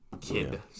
Kid